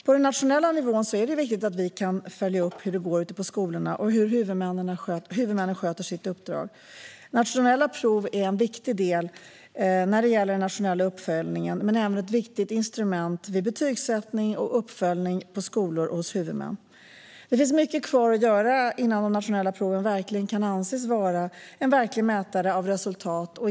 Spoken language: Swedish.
På den nationella nivån är det viktigt att vi kan följa upp hur det går ute på skolorna och hur huvudmännen sköter sitt uppdrag. Nationella prov är en viktig del när det gäller den nationella uppföljningen, men de är även ett viktigt instrument vid betygsättning och uppföljning på skolor och hos huvudmän. Det finns mycket kvar att göra innan de nationella proven verkligen kan anses vara en verklig mätare av resultat.